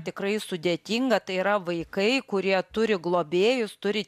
tikrai sudėtinga tai yra vaikai kurie turi globėjus turi